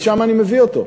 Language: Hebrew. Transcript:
משם אני מביא אותו.